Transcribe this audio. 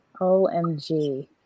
OMG